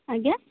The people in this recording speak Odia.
ଆଜ୍ଞା